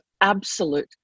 absolute